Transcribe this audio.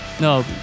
no